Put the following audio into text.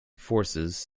forces